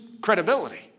credibility